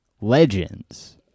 legends